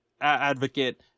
advocate